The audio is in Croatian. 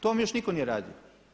To vam još nitko nije radio.